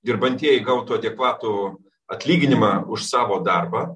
dirbantieji gautų adekvatų atlyginimą už savo darbą